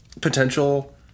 potential